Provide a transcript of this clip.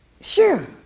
Sure